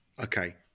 Okay